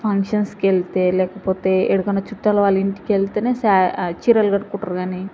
ఫంక్షన్స్కి వెళితే లేకపోతే ఏడకన్నా చుట్టాల వాళ్ళ ఇంటికి వెళితేనే సా చీరలు కట్టుకుంటారు కానీ